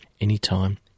anytime